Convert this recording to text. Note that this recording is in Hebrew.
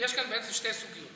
כאן בעצם שתי סוגיות.